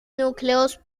núcleos